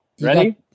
ready